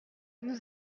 nous